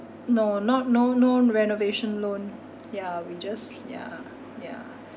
no not no no renovation loan ya we just yeah yeah